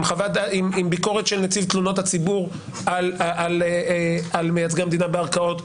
גם ביקורת של נציב תלונות הציבור על מייצגי המדינה בערכאות,